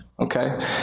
Okay